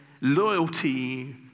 loyalty